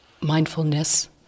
mindfulness